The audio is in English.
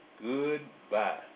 goodbye